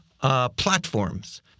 platforms